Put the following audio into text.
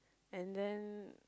and then